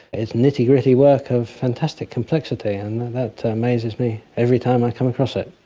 it's nitty-gritty work of fantastic complexity, and that amazes me every time i come across it.